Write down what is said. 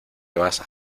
vas